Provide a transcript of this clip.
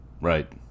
Right